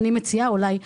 אפשר, אולי,